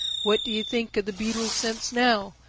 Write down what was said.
what do you think of the beetle's sense now?